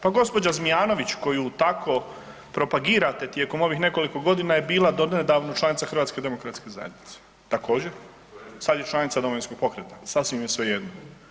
Pa gđa. Zmijanović koju tako propagirate tijekom ovih nekoliko godina je bila donedavno članica HDZ-a, također, sad je članica Domovinskog pokreta, sasvim je svejedno.